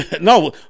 No